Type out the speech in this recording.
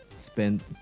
Spend